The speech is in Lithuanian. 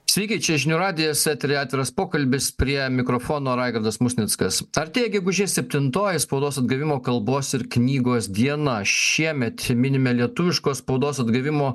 sveiki čia žinių radijas eteryje atviras pokalbis prie mikrofono raigardas musnickas artėja gegužės septintoji spaudos atgavimo kalbos ir knygos diena šiemet minime lietuviškos spaudos atgavimo